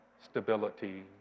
stability